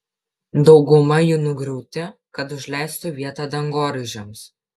dauguma jų nugriauti kad užleistų vietą dangoraižiams